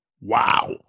Wow